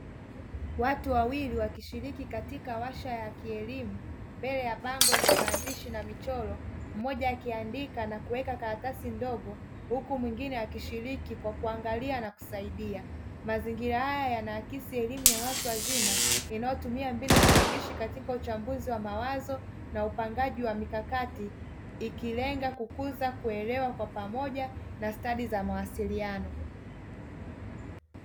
Watu wawili wakishiriki katika washa ya kielimu mbele ya bango lenye maandishi na michoro, mmoja akiandika na kuweka karatasi ndogo huku mwingine akishiriki kwa kuangalia na kusaidia. Mazingira haya yanaakisi elimu ya watu wazima inayotumia mbinu shirikishi katika uchambuzi wa mawazo na upangaji wa mikakati ikilenga kukuza kuelewa kwa pamoja na stadi za mawasiliano.